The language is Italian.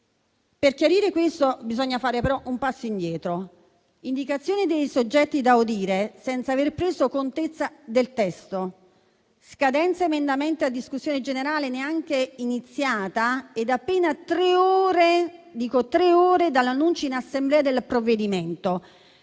Per chiarire questo bisogna fare però un passo indietro: indicazione dei soggetti da audire senza aver preso contezza del testo; scadenza del termine per la presentazione degli emendamenti a discussione generale neanche iniziata e ad appena tre ore dall'annuncio in Assemblea del provvedimento;